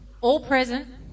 all-present